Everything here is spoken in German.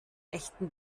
echten